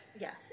yes